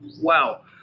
Wow